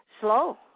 slow